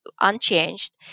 unchanged